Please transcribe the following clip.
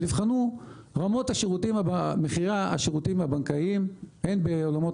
נבחנו רמות מחירי השירותים הבנקאיים הן בעולמות